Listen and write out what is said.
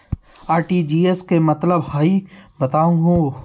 RTGS के का मतलब हई, बताहु हो?